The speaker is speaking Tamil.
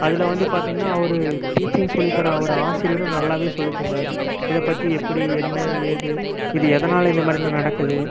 அதில் வந்து பார்த்தீங்கன்னா அவரு டீச்சிங் சொல்லி தர அவரு ஆசிரியரும் நல்லாவே சொல்லி தந்தார் இதை பற்றி எப்படி என்ன ஏது இது எதனால் இந்தமாதிரிலாம் நடக்குது